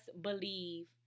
believe